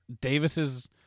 Davis's